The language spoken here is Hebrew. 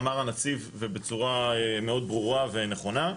אמר הנציב ובצורה מאוד ברורה ונכונה,